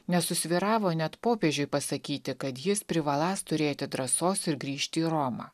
nesusvyravo net popiežiui pasakyti kad jis privaląs turėti drąsos ir grįžti į romą